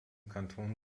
kanton